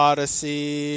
Odyssey